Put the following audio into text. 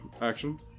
action